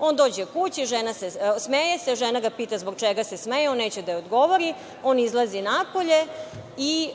On dođe kući, žena se smeje, e sad, žena ga pita zbog čega se smeje, on neće da joj odgovori. On izlazi napolje i